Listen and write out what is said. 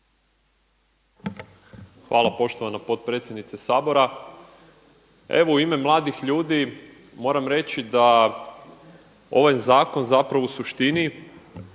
Hvala poštovana potpredsjednice Sabora. Evo u ime mladih ljudi moram reći da ovaj zakon zapravo u suštini